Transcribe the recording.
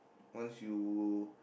once you